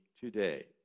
today